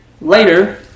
later